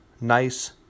nice